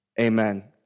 amen